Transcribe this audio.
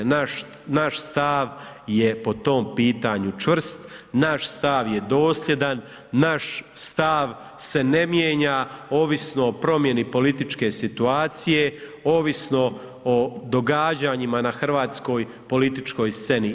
Naš stav je po tom pitanju čvrst, naš stav je dosljedan, naš stav se mijenja ovisno o promjeni političke situacije, ovisno o događanjima na hrvatskoj političkoj sceni.